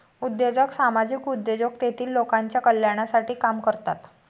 उद्योजक सामाजिक उद्योजक तेतील लोकांच्या कल्याणासाठी काम करतात